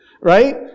right